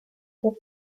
tiene